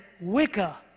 Wicca